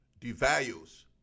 devalues